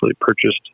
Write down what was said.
purchased